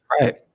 Right